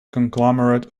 conglomerate